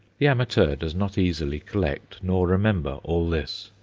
the amateur does not easily collect nor remember all this,